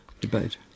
debate